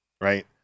right